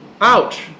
ouch